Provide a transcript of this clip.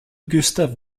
gustave